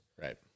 right